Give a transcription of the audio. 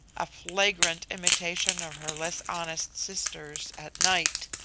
a flagrant imitation of her less honest sisters at night!